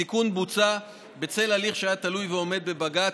התיקון בוצע בצל הליך שהיה תלוי ועומד בבג"ץ